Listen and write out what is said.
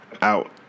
Out